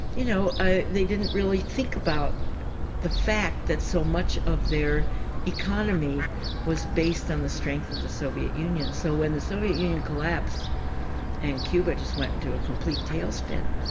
you know, ah they didn't really think about the fact that so much of their economy was based on the strength of the soviet union. so when the soviet union collapsed and cuba just went into a complete tailspin,